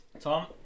Tom